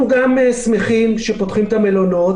גם אנחנו שמחים שפותחים את המלונות,